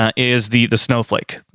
ah is the the snowflake.